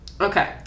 Okay